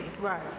Right